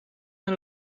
een